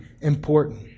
important